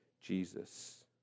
Jesus